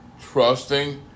trusting